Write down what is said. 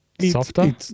softer